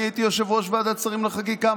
אני הייתי יושב-ראש ועדת שרים לחקיקה.